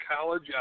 college